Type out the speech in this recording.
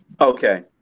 Okay